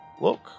look